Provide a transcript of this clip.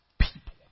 people